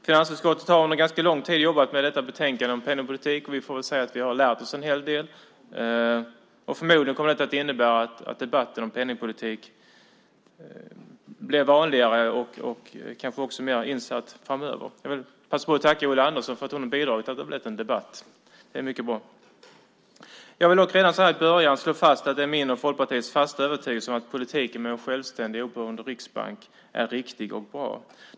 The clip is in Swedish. Finansutskottet har under ganska lång tid jobbat med detta betänkande om penningpolitiken, och vi får väl säga att vi har lärt oss en hel del. Förmodligen kommer det att innebära att debatterna om penningpolitiken blir vanligare framöver, och vi kanske också blir mer insatta. Jag vill passa på att tacka Ulla Andersson för att hon har bidragit till att det har blivit en debatt. Det är mycket bra. Jag vill redan så här i början slå fast att det är min och Folkpartiets fasta övertygelse att politiken med en självständig och oberoende riksbank är riktig och bra.